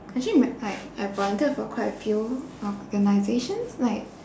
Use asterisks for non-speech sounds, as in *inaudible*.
actually *noise* like I volunteered for quite a few organisations like